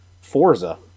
Forza